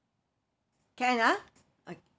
can ah I